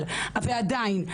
ועדיין,